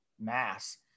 mass